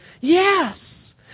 Yes